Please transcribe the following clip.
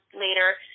later